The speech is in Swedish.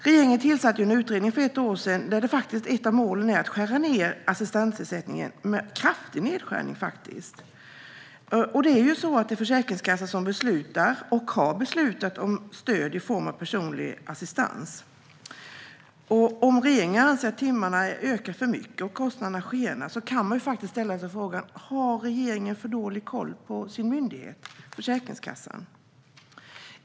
Regeringen tillsatte en utredning för ett år sedan där ett av målen var att skära ned assistansersättningen, och det är en kraftig nedskärning. Det är Försäkringskassan som beslutar och har beslutat om stöd i form av personlig assistans. Om regeringen anser att timmarna ökar för mycket och kostnaderna skenar kan man ställa sig frågan: Har regeringen för dålig koll på sin myndighet, Försäkringskassan?